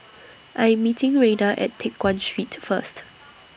I'm meeting Rayna At Teck Guan Street First